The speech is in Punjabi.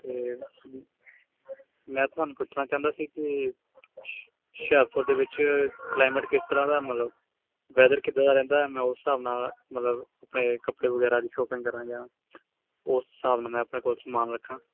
ਅਤੇ ਐਕਚੂਲੀ ਮੈਂ ਤੁਹਾਨੂੰ ਪੁੱਛਣਾ ਚਾਹੁੰਦਾ ਸੀ ਕਿ ਹੁਸ਼ਿਆਰਪੁਰ ਦੇ ਵਿੱਚ ਕਲਾਈਮੇਟ ਕਿਸ ਤਰ੍ਹਾਂ ਦਾ ਮਤਲਬ ਵੈਦਰ ਕਿੱਦਾਂ ਦਾ ਰਹਿੰਦਾ ਮੈਂ ਉਸ ਹਿਸਾਬ ਨਾਲ ਮਤਲਬ ਆਪਣੇ ਕੱਪੜੇ ਵਗੈਰਾ ਦੀ ਸ਼ੋਪਿੰਗ ਕਰਾਂਗੇ ਉਸ ਹਿਸਾਬ ਨਾਲ ਮੈਂ ਆਪਣੇ ਕੋਲ ਸਮਾਨ ਰੱਖਾਂ